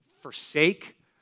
forsake